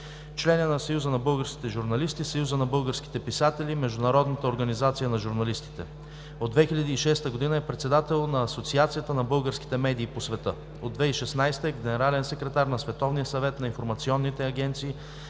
Член е на Съюза на българските журналисти, Съюза на българските писатели и Международната организация на журналистите. От 2006 г. е председател на Асоциацията на българските медии по света. От 2016 г. е генерален секретар на Световния съвет на информационните агенции,